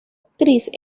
actriz